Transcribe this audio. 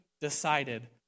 Decided